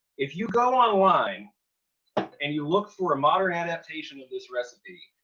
if you go online and you look for a modern adaptation of this recipe,